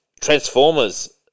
Transformers